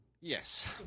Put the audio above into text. Yes